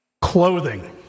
Clothing